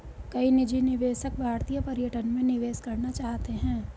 कई निजी निवेशक भारतीय पर्यटन में निवेश करना चाहते हैं